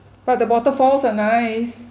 but the waterfalls are nice